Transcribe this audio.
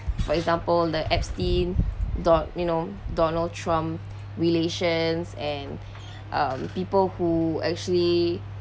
for example the epstein do~ you know donald trump relations and um people who actually